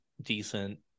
decent